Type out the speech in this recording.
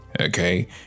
Okay